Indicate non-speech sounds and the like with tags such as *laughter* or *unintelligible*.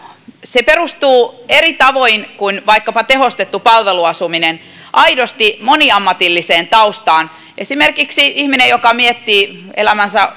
se perustuu eri tavoin kuin vaikkapa tehostettu palveluasuminen aidosti moniammatilliseen taustaan esimerkiksi ihminen joka miettii elämänsä *unintelligible*